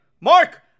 Mark